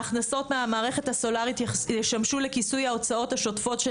ההכנסות מהמערכת הסולרית ישמשו לכיסוי ההוצאות השוטפות של